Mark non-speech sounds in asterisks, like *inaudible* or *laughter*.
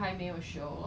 *breath*